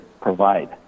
provide